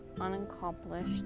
unaccomplished